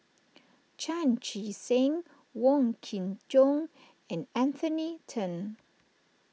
Chan Chee Seng Wong Kin Jong and Anthony then